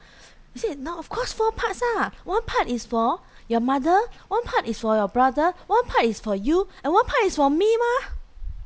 he said no of course four parts ah one part is for your mother one part is for your brother one part is for you and one part is for me mah